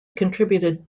contributed